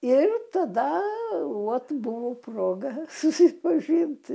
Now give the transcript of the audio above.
ir tada vot buvo proga susipažinti